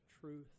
truth